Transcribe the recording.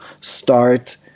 start